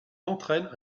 entraîne